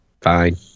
fine